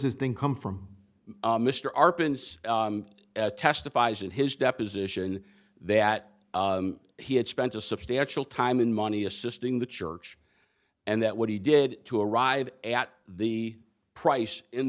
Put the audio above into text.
this thing come from mr arpan testifies in his deposition that he had spent a substantial time in money assisting the church and that what he did to arrive at the price in